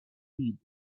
read